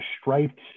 striped